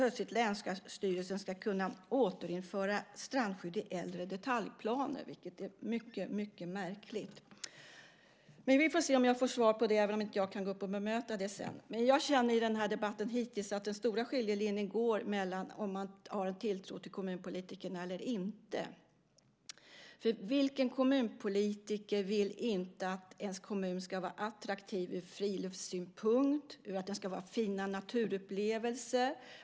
Nu ska också länsstyrelsen plötsligt kunna återinföra strandskydd i äldre detaljplaner, vilket är mycket märkligt. Vi får se om jag får svar på detta även om jag inte kan gå upp och bemöta det sedan. I debatten hittills känner jag att den stora skiljelinjen går mellan om man har en tilltro till kommunpolitikerna eller inte. Vilken kommunpolitiker vill inte att ens kommun ska vara attraktiv ur friluftssynpunkt? Man vill att det ska finnas fina naturupplevelser.